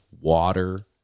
water